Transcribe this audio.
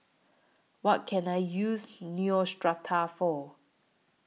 What Can I use Neostrata For